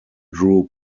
drew